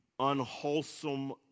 unwholesome